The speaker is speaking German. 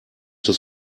des